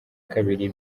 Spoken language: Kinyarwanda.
kabiri